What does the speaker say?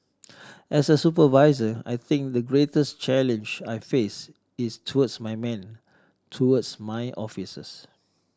as a supervisor I think the greatest challenge I face is towards my men towards my officers